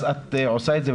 אז את עושה את זה,